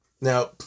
Now